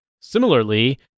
similarly